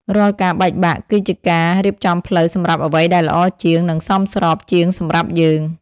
រាល់ការបែកបាក់ គឺជាការរៀបចំផ្លូវសម្រាប់អ្វីដែលល្អជាង និងសមស្របជាងសម្រាប់យើង។